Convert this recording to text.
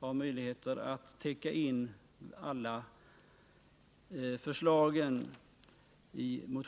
har möjlighet att i motionerna täcka in alla förslag.